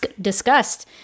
discussed